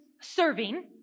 serving